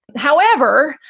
however,